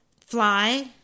Fly